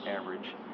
average